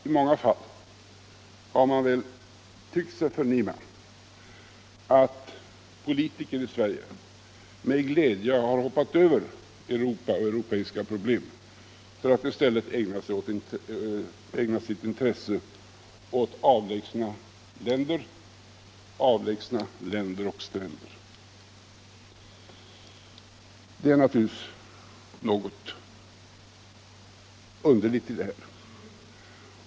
I många fall har man nog tyckt sig förnimma att politiker 1 Sverige med glädje har hoppat över Europa och europeiska problem för att i stället ägna sitt intresse åt avlägsna länder och stränder. Det är naturligtvis något underligt i detta.